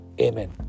Amen